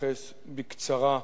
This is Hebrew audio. להתייחס בקצרה,